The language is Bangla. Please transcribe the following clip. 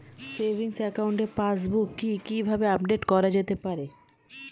সেভিংস একাউন্টের পাসবুক কি কিভাবে আপডেট করা যেতে পারে?